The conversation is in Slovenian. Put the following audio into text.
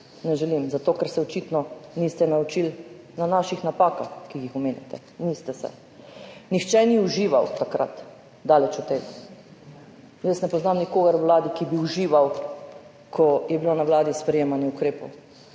ne želim zato, ker se očitno niste naučili na naših napakah, ki jih omenjate, niste se. Nihče takrat ni užival, daleč od tega. Jaz ne poznam nikogar na Vladi, ki bi užival, ko je bilo na Vladi sprejemanje ukrepov.